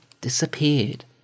disappeared